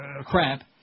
crap